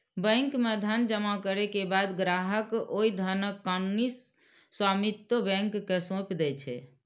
bank मे धन जमा करै के बाद ग्राहक ओइ धनक कानूनी स्वामित्व बैंक कें सौंपि दै छै